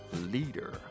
leader